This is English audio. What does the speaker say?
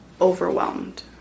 overwhelmed